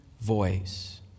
voice